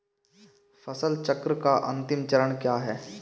फसल चक्र का अंतिम चरण क्या है?